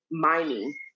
mining